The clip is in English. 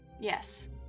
Yes